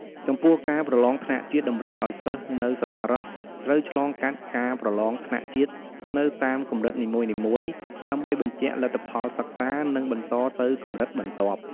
ចំពោះការប្រឡងថ្នាក់ជាតិ តម្រូវឲ្យសិស្សនៅសាលារដ្ឋត្រូវឆ្លងកាត់ការប្រឡងថ្នាក់ជាតិនៅតាមកម្រិតនីមួយៗ ដើម្បីបញ្ជាក់លទ្ធផលសិក្សា និងបន្តទៅកម្រិតបន្ទាប់។